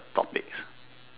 easy ones